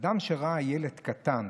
אדם שראה ילד קטן